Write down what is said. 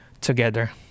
together